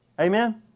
amen